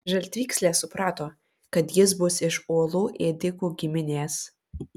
žaltvykslė suprato kad jis bus iš uolų ėdikų giminės